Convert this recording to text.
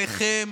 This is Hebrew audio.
עליכם